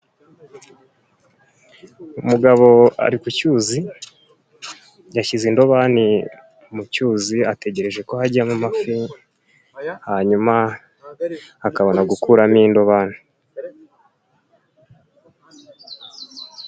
Umugabo ari ku cyuzi, yashyize indobani mu cyuzi, ategereje ko hajyamo amafi, hanyuma akabona gukuramo indobani.